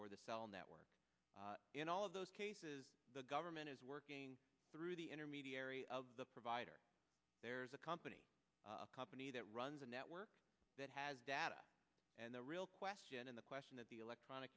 or the cell network in all of those cases the government is working through the intermediary of the provider there is a company a company that runs a network that has data and the real question and the question that the electronic